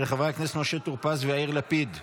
של חברי הכנסת משה טור פז ויאיר לפיד.